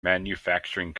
manufacturing